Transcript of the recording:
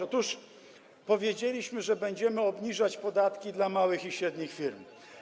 Otóż powiedzieliśmy, że będziemy obniżać podatki dla małych i średnich firm.